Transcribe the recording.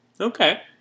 okay